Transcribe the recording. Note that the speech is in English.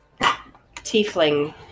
tiefling